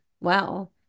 wow